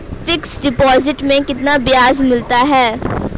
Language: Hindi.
फिक्स डिपॉजिट में कितना ब्याज मिलता है?